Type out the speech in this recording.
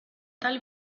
tal